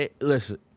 listen